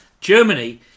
Germany